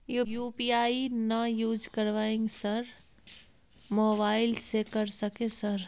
UPI ना use करवाएं sir mobile से कर सके सर?